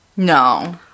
No